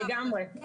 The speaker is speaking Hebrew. לגמרי.